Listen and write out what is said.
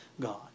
God